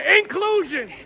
inclusion